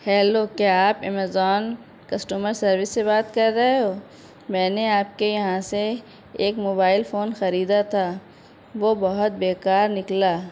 hello کیا آپ Amazon customer service سے بات کر رہے ہو میں نے آپ کے یہاں سے ایک موبائل فون خریدا تھا وہ بہت بیکار نکلا